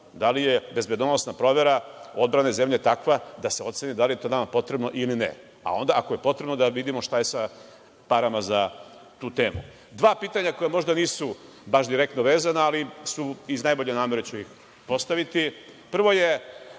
da li je bezbednosna provera odbrane zemlje takva da se oceni da li je to nama potrebno ili ne. Onda, ako je potrebno da vidimo šta je sa parama na tu temu. Dva pitanja koja možda nisu baš direktno vezana, ali iz najbolje namere ću ih postaviti. Prvo je